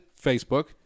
Facebook